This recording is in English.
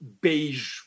beige